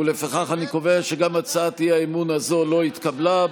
ולפיכך אני קובע שגם הצעת האי-אמון הזו לא התקבלה.